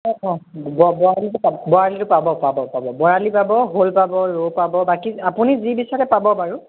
বৰালিটো পাব পাব বৰালি পাব শ'ল পাব ৰৌ পাব বাকী আপুনি যি বিচাৰে পাব বাৰু